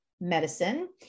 medicine